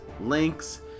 links